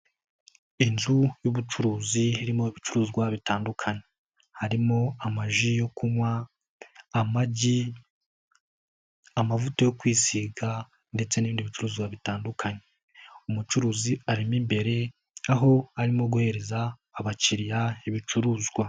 Inzu y'ubucuruzi haririmo ibicuruzwa bitandukanye, harimo amazu yo kunywa, amagi, amavuta yo kwisiga ndetse n'indi bicuruzwa bitandukanye, umucuruzi arimo imbere aho arimo guhereza abakiriya ibicuruzwa.